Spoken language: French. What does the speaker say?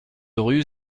rue